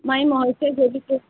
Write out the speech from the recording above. मइमे होइ छै जेकि